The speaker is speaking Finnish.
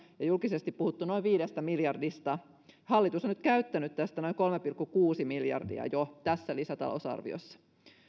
ja julkisesti on puhuttu noin viidestä miljardista hallitus on nyt käyttänyt tästä jo noin kolme pilkku kuusi miljardia tässä lisätalousarviossa